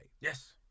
Yes